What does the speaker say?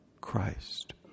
Christ